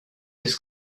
his